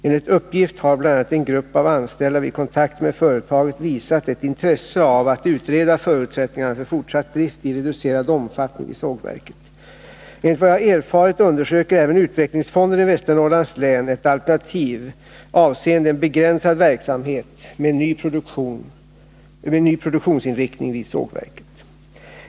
Enligt uppgift har bl.a. en grupp av anställda vid kontakter med företaget visat ett intresse av att utreda förutsättningarna för fortsatt drift i reducerad omfattning vid sågverket. Enligt vad jag erfarit undersöker även utvecklingsfonden i Västernorrlands län ett alternativ avseende en begränsad verksamhet med ny produktionsinriktning vid sågverket.